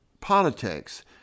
politics